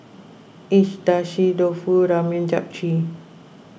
Agedashi Dofu Ramen Japchae